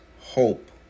Hope